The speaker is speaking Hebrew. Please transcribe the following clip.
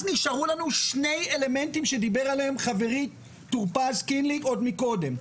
נשארו לנו שני אלמנטים שדיבר עליהם חברי חבר הכנסת טור פז עוד קודם.